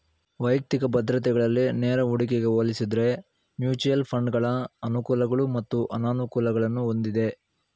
ವೈಯಕ್ತಿಕ ಭದ್ರತೆಗಳಲ್ಲಿ ನೇರ ಹೂಡಿಕೆಗೆ ಹೋಲಿಸುದ್ರೆ ಮ್ಯೂಚುಯಲ್ ಫಂಡ್ಗಳ ಅನುಕೂಲಗಳು ಮತ್ತು ಅನಾನುಕೂಲಗಳನ್ನು ಹೊಂದಿದೆ